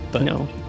No